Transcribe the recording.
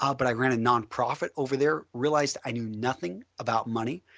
ah but i ran a non-profit over there, released i knew nothing about money.